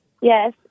yes